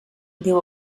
diu